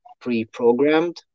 pre-programmed